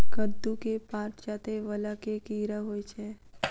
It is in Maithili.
कद्दू केँ पात चाटय वला केँ कीड़ा होइ छै?